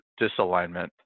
disalignment